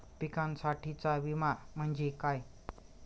पिकांसाठीचा विमा म्हणजे काय?